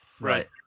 right